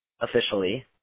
officially